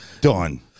Done